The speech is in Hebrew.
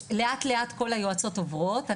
לאט לאט כל היועצות עוברות.